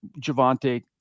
Javante